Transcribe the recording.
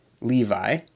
Levi